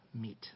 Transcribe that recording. meet